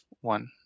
one